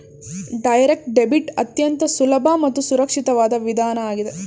direct debit ಅತ್ಯಂತ ಸುಲಭ ಮತ್ತು ಸುರಕ್ಷಿತವಾದ ವಿಧಾನ ಆಗಿದೆ